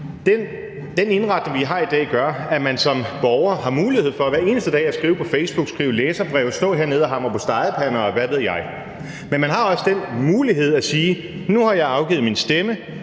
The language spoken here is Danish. Den indretning, vi har i dag, gør, at man som borger har mulighed for hver eneste dag at skrive på Facebook, skrive læserbreve, stå hernede og hamre på stegepander, og hvad ved jeg. Men man har også den mulighed at sige: Nu har jeg afgivet min stemme,